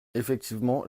effectivement